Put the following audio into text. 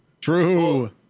True